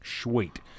Sweet